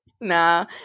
Nah